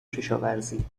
کشاورزی